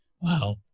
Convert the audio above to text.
Wow